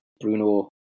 Bruno